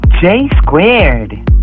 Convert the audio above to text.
J-squared